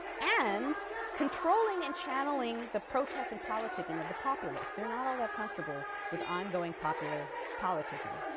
and controlling and channeling the protests and politicking of the populace they're not all that comfortable with ongoing popular politicking.